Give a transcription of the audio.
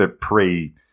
pre